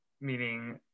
meaning